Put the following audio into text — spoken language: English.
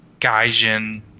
Gaijin